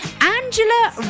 Angela